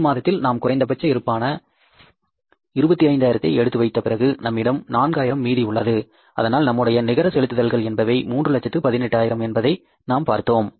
June மாதத்தில் நாம் குறைந்த பட்ச இருபான 25000 ஐ எடுத்து வைத்த பிறகு நம்மிடம் 4000 மீதி உள்ளது அனால் நம்முடைய நிகர செலுத்துதல்கள் என்பவை 318000 என்பதை நாம் பார்த்தோம்